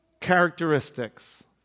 characteristics